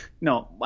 no